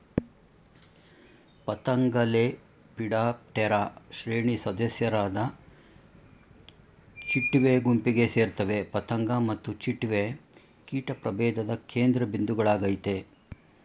ಪತಂಗಲೆಪಿಡಾಪ್ಟೆರಾ ಶ್ರೇಣಿ ಸದಸ್ಯರಾದ ಚಿಟ್ಟೆ ಗುಂಪಿಗೆ ಸೇರ್ತವೆ ಪತಂಗ ಮತ್ತು ಚಿಟ್ಟೆ ಕೀಟ ಪ್ರಭೇಧದ ಕೇಂದ್ರಬಿಂದುಗಳಾಗಯ್ತೆ